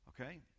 Okay